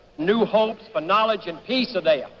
new hopes for knowledge and peace are there.